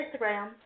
Instagram